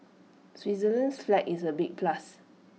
Switzerland's flag is A big plus